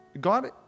God